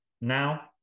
now